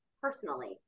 personally